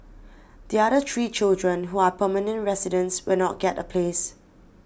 the other three children who are permanent residents will not get a place